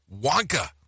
Wonka